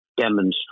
demonstrate